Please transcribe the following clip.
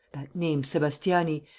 name, sebastiani,